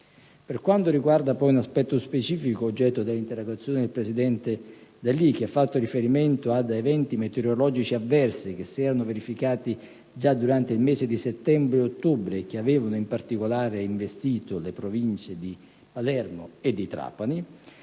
Per quanto riguarda poi un aspetto specifico, oggetto dell'interrogazione del presidente D'Alì, che ha fatto riferimento ad eventi meteorologici avversi che si erano verificati già durante i mesi di settembre e di ottobre e che avevano in particolare investito le Province di Palermo e di Trapani,